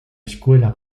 escuela